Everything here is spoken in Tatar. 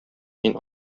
мин